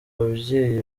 ababyeyi